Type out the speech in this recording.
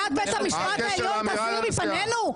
וזה בסדר שנשיאת בית המשפט העליון תזהיר מפנינו?